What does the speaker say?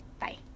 Bye